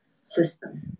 system